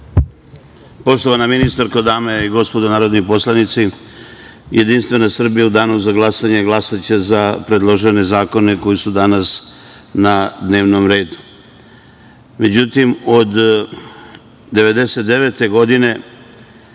Poštovana ministarko, dame i gospodo narodni poslanici, JS u danu za glasanje glasaće za predložene zakone koji su danas na dnevnom redu.Međutim, od 1999. godine